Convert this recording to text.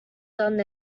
done